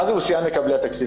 מה זה הוא שיאן מקבלי התקציב?